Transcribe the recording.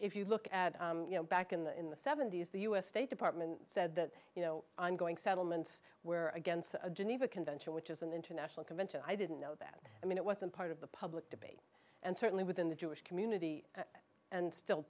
if you look at you know back in the seventy's the u s state department said that you know i'm going settlements were against the geneva convention which is an international convention i didn't know that i mean it wasn't part of the public debate and certainly within the jewish community and still